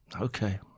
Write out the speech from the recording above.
okay